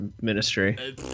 ministry